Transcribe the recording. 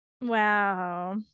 wow